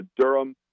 Durham